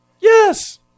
Yes